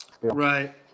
Right